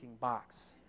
box